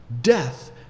Death